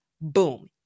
Boom